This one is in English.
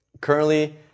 currently